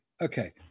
okay